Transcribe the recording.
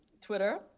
Twitter